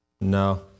no